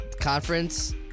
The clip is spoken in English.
conference